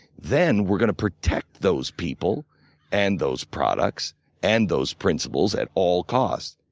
then we're going to protect those people and those products and those principles at all costs,